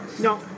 no